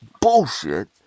bullshit